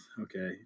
Okay